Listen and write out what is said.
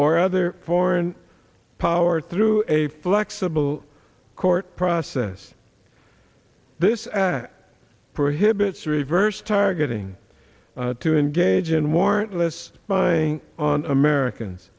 or other foreign power through a flexible court process this act prohibits reverse targeting to engage in warrantless spying on americans